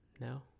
No